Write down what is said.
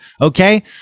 Okay